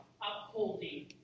upholding